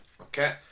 Okay